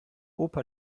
opa